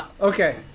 okay